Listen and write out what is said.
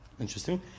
...interesting